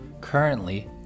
currently